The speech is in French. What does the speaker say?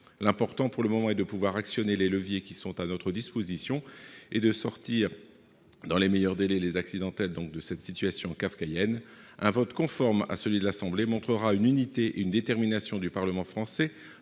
L'important, pour le moment, est de pouvoir actionner les leviers qui sont à notre disposition et de sortir, dans les meilleurs délais, les Américains accidentels de cette situation kafkaïenne. Un vote conforme à celui de l'Assemblée nationale montrera une unité et une détermination du Parlement français